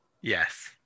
Yes